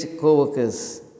co-workers